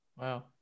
wow